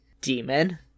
demon